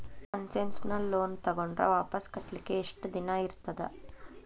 Concessional loan ತಗೊಂಡ್ರ್ ವಾಪಸ್ ಕಟ್ಲಿಕ್ಕೆ ಯೆಷ್ಟ್ ದಿನಾ ಇರ್ತದ?